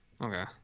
Okay